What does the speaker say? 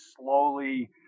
slowly